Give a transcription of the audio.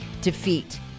defeat